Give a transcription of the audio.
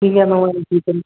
जी ma'am और इसी दिन